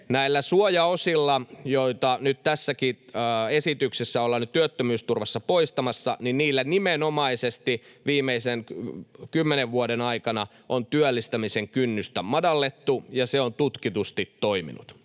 Näillä suojaosilla, joita nyt tässäkin esityksessä ollaan työttömyysturvassa poistamassa, nimenomaisesti viimeisen kymmenen vuoden aikana on työllistämisen kynnystä madallettu, ja se on tutkitusti toiminut.